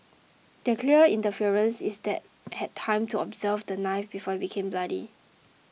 the clear interference is that had time to observe the knife before it became bloody